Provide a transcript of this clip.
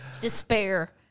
despair